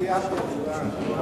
2 נתקבלו.